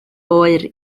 oer